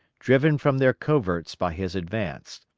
driven from their coverts by his advance.